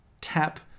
Tap